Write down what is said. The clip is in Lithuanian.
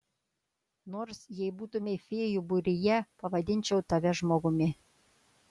nors jei būtumei fėjų būryje pavadinčiau tave žmogumi